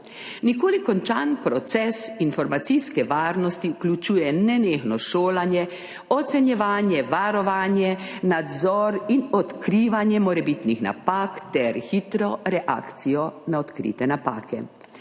Nikoli končan proces informacijske varnosti vključuje nenehno šolanje, ocenjevanje, varovanje, nadzor in odkrivanje morebitnih napak ter hitro reakcijo na odkrite napake.